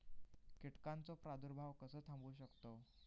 कीटकांचो प्रादुर्भाव कसो थांबवू शकतव?